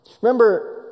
Remember